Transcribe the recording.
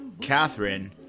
Catherine